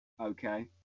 okay